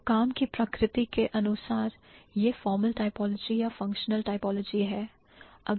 तो काम की प्रकृति के अनुसार यह formal typology या functional typology है